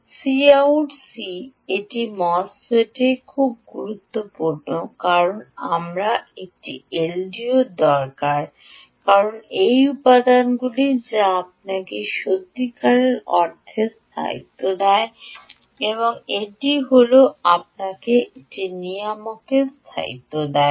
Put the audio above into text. Cout C¿ একটি মোসফেটে খুব গুরুত্বপূর্ণ কারণ আমার একটি এলডিও দরকার কারণ এই উপাদানগুলি যা আপনাকে সত্যিকার অর্থে স্থায়িত্ব দেয় এটি হল এটি আপনাকে নিয়ামকের স্থায়িত্ব দেয়